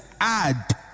add